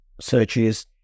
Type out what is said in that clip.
searches